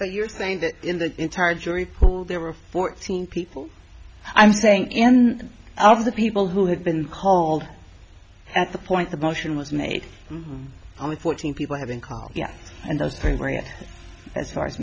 so you're saying that in the entire jury pool there were fourteen people i'm saying and all of the people who had been called at the point the motion was made only fourteen people have been called and those things weren't as far as